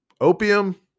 Opium